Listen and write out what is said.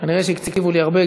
כנראה הקציבו לי הרבה.